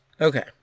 Okay